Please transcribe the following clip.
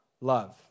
love